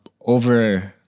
over